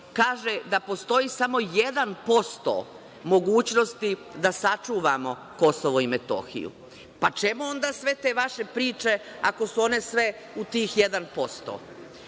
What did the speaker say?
kaže da postoji samo 1% mogućnosti da sačuvamo Kosovo i Metohiju. Čemu onda sve te vaše priče, ako su one sve u tih 1%?